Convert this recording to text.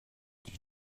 die